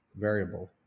variable